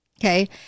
okay